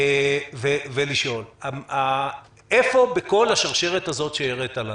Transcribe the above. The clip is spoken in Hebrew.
ולשאול: בכל השרשרת הזאת שהראית לנו,